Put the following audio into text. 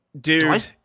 Dude